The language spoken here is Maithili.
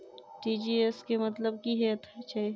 टी.जी.एस केँ मतलब की हएत छै?